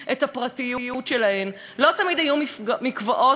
לא תמיד היו מקוואות כאלה רשמיים,